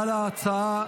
עוברים להצבעה.